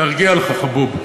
תרגיע לך, חבוב.